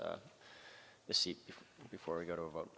the seat before we go to a vote